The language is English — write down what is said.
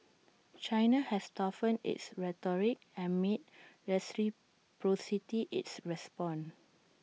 China has toughened its rhetoric and made reciprocity its response